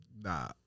Nah